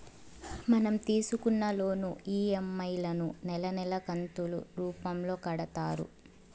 మనం తీసుకున్న loan EMI లను నెలా నెలా కంతులు రూపంలో కడతారు